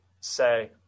say